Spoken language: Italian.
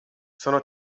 sono